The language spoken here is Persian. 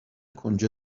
کنجد